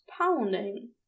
pounding